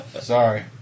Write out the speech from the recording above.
sorry